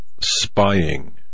spying